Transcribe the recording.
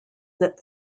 that